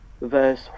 verse